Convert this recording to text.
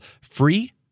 free